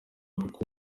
kuko